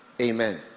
amen